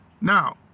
Now